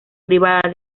privada